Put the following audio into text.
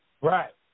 Right